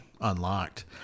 unlocked